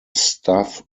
staff